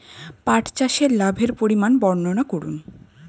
পাঠ চাষের লাভের পরিমান বর্ননা করুন?